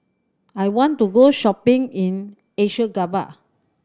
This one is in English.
I want to go shopping in Ashgabat